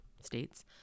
states